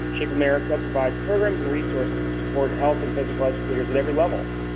shape america provides programs and resources to support health and physical educators at every level,